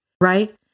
right